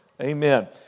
Amen